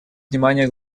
внимание